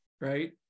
right